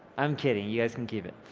i'm kidding, you guys can keep it.